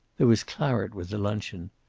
there was claret with the luncheon,